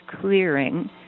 clearing